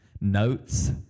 Notes